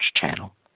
channel